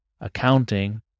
accounting